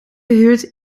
gehuurd